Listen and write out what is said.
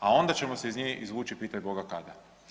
A onda ćemo se iz nje izvući pitaj Boga kada.